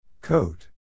Coat